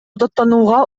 даттанууга